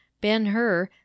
ben-hur